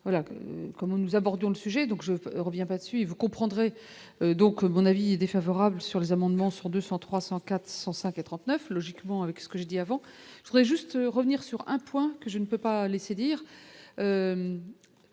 voilà comment nous abordons le sujet donc je reviens pas dessus et vous comprendrez donc mon avis est défavorable sur les amendements 100, 200, 300, 400 5 à 39 logiquement avec ce que je dis avant. Je voudrais juste revenir sur un point que je ne peux pas laisser dire,